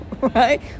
right